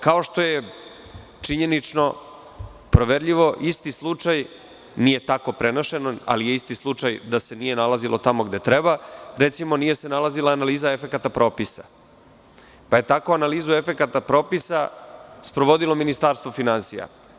Kao što je, činjenično proverljivo, isti slučaj, nije tako prenošeno, ali je isti slučaj da se nije nalazilo tamo gde treba, recimo, nije se nalazila analiza efekata propisa, pa je tako analizu efekata propisa sprovodilo Ministarstvo finansija.